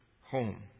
home